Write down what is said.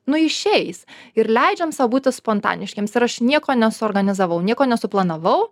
nu išeis ir leidžiam sau būti spontaniškiems ir aš nieko nesuorganizavau nieko nesuplanavau